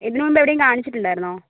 ഇതിന് മുൻപ് എവിടേലും കാണിച്ചിട്ടുണ്ടായിരുന്നോ